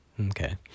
Okay